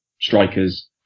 strikers